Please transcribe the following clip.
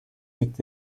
liegt